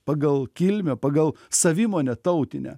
pagal kilmę pagal savimonę tautinę